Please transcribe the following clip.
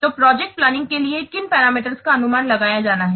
तो project planning के लिए किन पैरामीटर्स का अनुमान लगाया जाना है